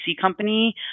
company